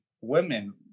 women